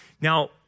Now